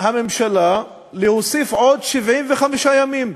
הממשלה להוסיף עוד 75 ימים,